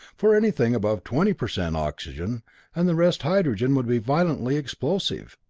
for anything above twenty per cent oxygen and the rest hydrogen would be violently explosive.